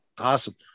Awesome